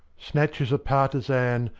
snatches a partizan,